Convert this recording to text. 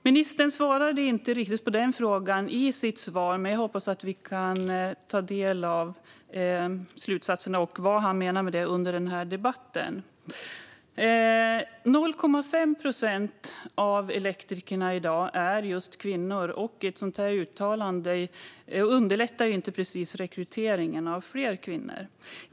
Ministern svarade inte riktigt på frågan om detta i sitt svar, men jag hoppas att vi kan ta del av vad han menade med det under den här debatten. 0,5 procent av elektrikerna i dag är kvinnor, och ett sådant här uttalande underlättar inte precis rekryteringen av fler kvinnor.